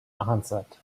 answered